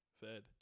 Fed